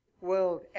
world